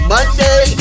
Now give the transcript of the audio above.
Monday